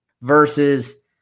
versus